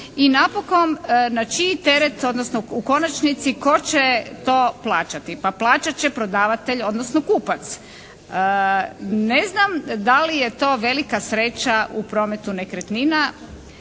i napokon na čiji teret odnosno u konačnici tko će to plaćati? Pa plaćat će prodavatelj odnosno kupac. Ne znam da li je to velika sreća u prometu nekretnina?